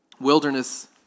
Wilderness